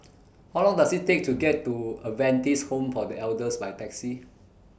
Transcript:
How Long Does IT Take to get to Adventist Home For The Elders By Taxi